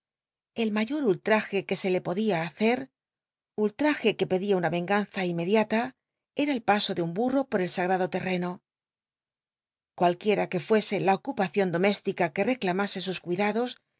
el mayor ullmje uc se le podía hacer ultraje que pedia una cnganza inmccliata ea el paso de un bulto poi el m r ulo tcreno cualquiera que fu ese la ocupacion domésüca que reclamase sus cuidados